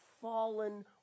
fallen